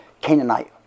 Canaanite